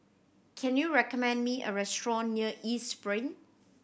can you recommend me a restaurant near East Spring